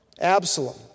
Absalom